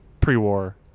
pre-war